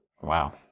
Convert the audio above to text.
Wow